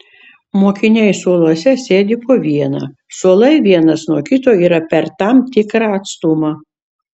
mokiniai suoluose sėdi po vieną suolai vienas nuo kito yra per tam tikrą atstumą